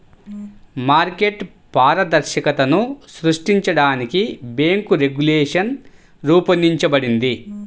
market పారదర్శకతను సృష్టించడానికి bank regulation రూపొందించబడింది